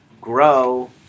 grow